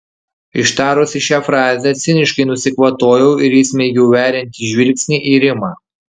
ištarusi šią frazę ciniškai nusikvatojau ir įsmeigiau veriantį žvilgsnį į rimą